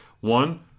One